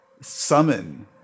summon